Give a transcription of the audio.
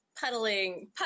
puddling